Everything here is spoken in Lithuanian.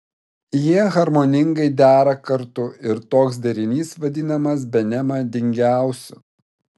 jie harmoningai dera kartu ir toks derinys vadinamas bene madingiausiu